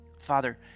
Father